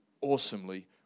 awesomely